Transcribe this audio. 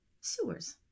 sewers